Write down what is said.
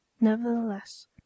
nevertheless